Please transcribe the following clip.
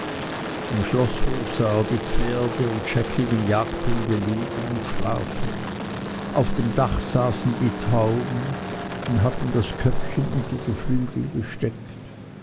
im schloßhof sah er die pferde und scheckigen jagdhunde liegen und schlafen auf dem dache saßen die tauben und hatten das köpfchen unter den flügel gesteckt